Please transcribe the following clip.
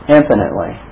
infinitely